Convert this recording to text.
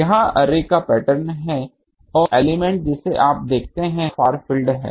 यह अर्रे का पैटर्न है और एक एलिमेंट जिसे आप देखते हैं वह फार फील्ड है